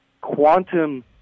quantum